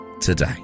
today